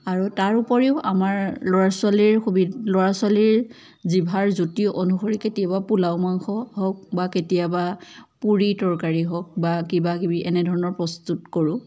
আৰু তাৰোপৰিও আমাৰ ল'ৰা ছোৱালীৰ ল'ৰা ছোৱালীৰ জিভাৰ জুতিৰ অনুসৰি কেতিয়াবা পোলাও মাংস হওক বা কেতিয়াবা পুৰি তৰকাৰী হওক বা কিবাকিবি এনেধৰণৰ প্ৰস্তুত কৰোঁ